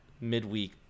midweek